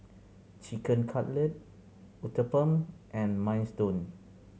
Chicken Cutlet Uthapam and Minestrone